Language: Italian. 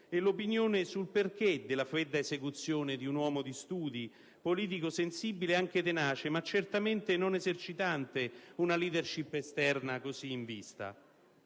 e l'opinione sul perché della fredda esecuzione di un uomo di studi, politico sensibile e anche tenace, ma certamente non esercitante una *leadership* esterna così in vista.